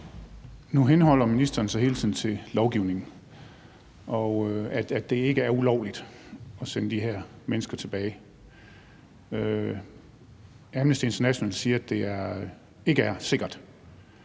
Nu henholder ministeren sig hele tiden til lovgivningen, og at det ikke er ulovligt at sende de her mennesker tilbage. Amnesty International siger, at det ikke er sikkert.